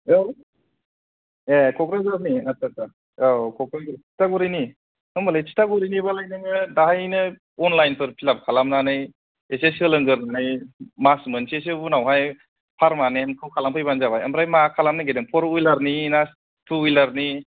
ओ ए क'क्राझारनि आत्सा आत्सा औ क'क्राझारनि तितागुरिनि होनबालाय तितागुरिनिबालाय नोङो दाहायनो अनलायेनफोर फिल आप खालामनानै ऐसे सोलोंगोरनानै मास मोनसेसो उनावहाय पारमानेन्टखौ खालामफैबानो जाबाय ओमफ्राय मा खालामनो नागिरदों फर उयिलारनि ना थु उयिलारनि